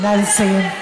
נא לסיים.